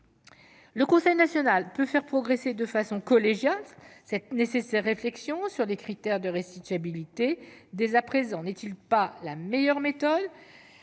Le conseil national peut faire progresser de manière collégiale cette nécessaire réflexion sur les critères de restitution, dès à présent. La meilleure méthode